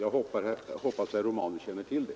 Jag hoppas att herr Romanus känner till det.